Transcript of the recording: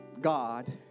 God